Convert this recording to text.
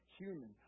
human